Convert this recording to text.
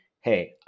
Hey